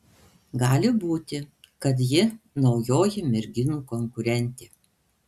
gali būti kad ji naujoji merginų konkurentė